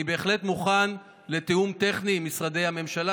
אני בהחלט מוכן לתיאום טכני עם משרדי הממשלה.